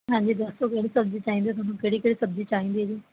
ਹਾਂਜੀ ਦੱਸੋ ਕਿਹੜੀ ਸਬਜ਼ੀ ਚਾਹੀਦੀ ਤੁਹਾਨੂੰ ਕਿਹੜੀ ਕਿਹੜੀ ਸਬਜ਼ੀ ਚਾਹੀਦੀ ਹੈ ਜੀ